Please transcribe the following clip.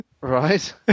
Right